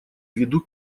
виду